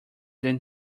than